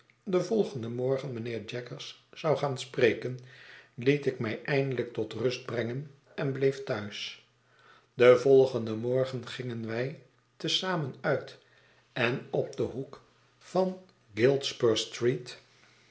den volgenden morgen mijnheer jaggers zou gaan spreken liet ik mij eindelijk tot rust brengen en bleef thuis den volgenden morgen gingen wij te zamen uit en op den hoek van gilt spur street